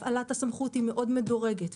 הפעלת הסמכות היא מאוד מדורגת,